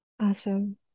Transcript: Awesome